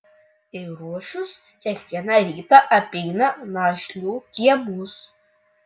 eirošius kiekvieną rytą apeina našlių kiemus